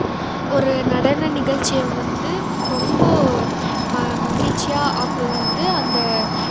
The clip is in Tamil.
ஒரு நடன நிகழ்ச்சியை வந்து ரொம்ப ம மகிழ்ச்சியாக ஆக்குவது வந்து அந்த